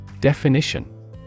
Definition